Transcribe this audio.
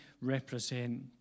represent